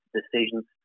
decisions